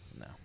No